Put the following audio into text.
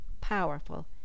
powerful